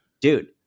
Dude